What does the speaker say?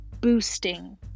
boosting